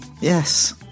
Yes